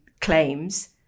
claims